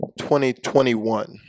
2021